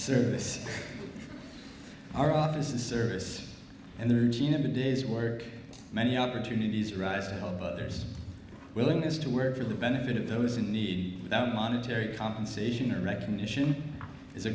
service our officers service and the region have a day's work many opportunities arise to help others willingness to work for the benefit of those in need that monetary compensation or recognition is a